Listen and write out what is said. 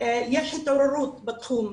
יש התעוררות בתחום,